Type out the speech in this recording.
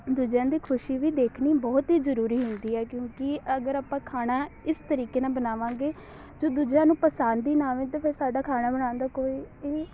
ਦੂਜਿਆਂ ਦੀ ਖੁਸ਼ੀ ਵੀ ਦੇਖਣੀ ਬਹੁਤ ਹੀ ਜ਼ਰੂਰੀ ਹੁੰਦੀ ਹੈ ਕਿਉਂਕਿ ਅਗਰ ਆਪਾਂ ਖਾਣਾ ਇਸ ਤਰੀਕੇ ਨਾਲ ਬਣਾਵਾਂਗੇ ਜੋ ਦੂਜਿਆਂ ਨੂੰ ਪਸੰਦ ਹੀ ਨਾ ਆਵੇ ਤਾਂ ਫਿਰ ਸਾਡਾ ਖਾਣਾ ਬਣਾਉਣ ਦਾ ਕੋਈ ਵੀ